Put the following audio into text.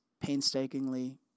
painstakingly